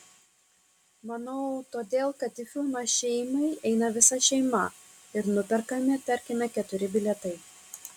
manau todėl kad į filmą šeimai eina visa šeima ir nuperkami tarkime keturi bilietai